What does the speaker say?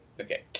Okay